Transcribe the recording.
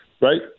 right